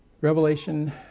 Revelation